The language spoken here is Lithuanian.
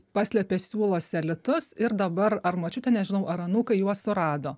paslėpė siūluose litus ir dabar ar močiutė nežinau ar anūkai juos surado